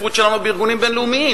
ההשתתפות שלנו בארגונים בין-לאומיים?